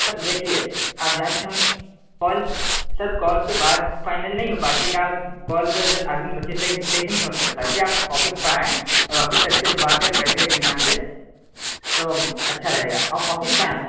سر دیکھیے آپ جانتے ہوں گے کال سر کال پہ بات فائنل نہیں ہو پاتی ہے کال کال پہ سے آدمی بچے صحیح سے صحیح سے نہیں سمجھ سکتا اس لیے آپ آفس پہ آئیں اور آفس سے اچھے سے بات کریں بیٹھ کر اطمینان سے تو اچھا رہے گا آپ آفس پہ آئیں آپ